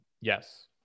Yes